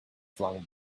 flung